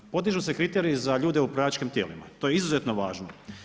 Podižu se kriteriji za ljude u upravljačkim tijelima, to je izuzetno važno.